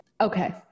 okay